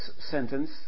sentence